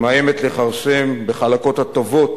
שמאיימת לכרסם בחלקות הטובות